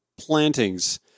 plantings